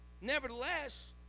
Nevertheless